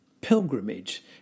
pilgrimage